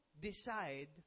decide